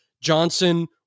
Johnson